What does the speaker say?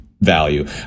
value